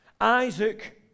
Isaac